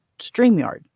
StreamYard